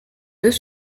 deux